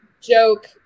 joke